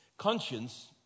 Conscience